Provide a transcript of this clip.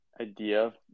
idea